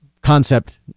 concept